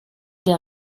der